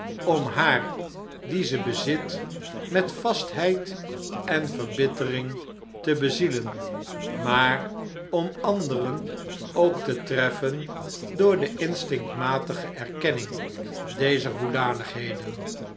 slechtsbestemdschijntom haar die ze bezit met vastheid en verbittering te bezielen maar om anderen ook te treffen door de instinctmatige erkenning dezer hoedanigheden